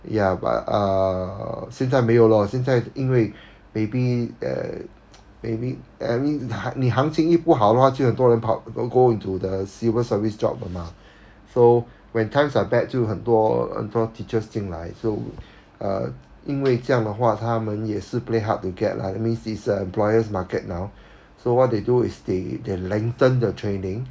ya but uh 现在没有了现在因为 maybe maybe I mean 你行情又不好的话就有很多人跑 go into the civil service job 的 mah so when times are bad 就很多很多 teachers 进来 so uh 因为这样的话他们也是 play hard to get lah let me see the employers' market now so what they do is they they lengthen the training